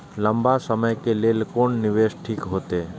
लंबा समय के लेल कोन निवेश ठीक होते?